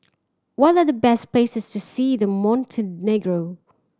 what the the best places to see in Montenegro